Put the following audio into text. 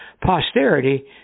posterity